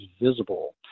visible